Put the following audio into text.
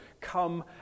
come